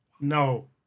No